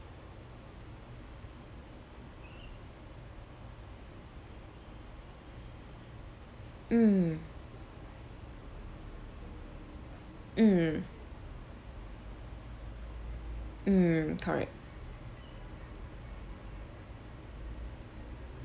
mm mm mm